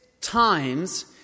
times